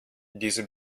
diese